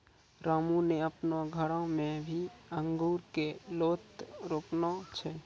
रामू नॅ आपनो घरो मॅ भी अंगूर के लोत रोपने छै